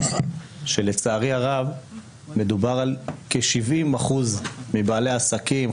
שלצערי הרב מדובר על כ-70% מבעלי העסקים,